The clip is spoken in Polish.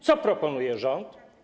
Co proponuje rząd?